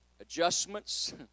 adjustments